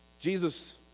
Jesus